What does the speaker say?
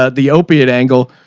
ah the opiate angle.